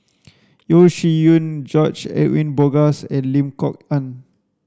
Yeo Shih Yun George Edwin Bogaars and Lim Kok Ann